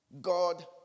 God